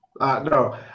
No